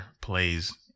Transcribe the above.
plays